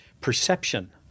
perception